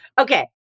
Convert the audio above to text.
Okay